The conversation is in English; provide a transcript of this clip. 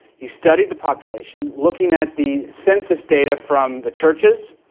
he studied the population, looking at the census data from the churches,